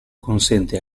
consente